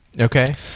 Okay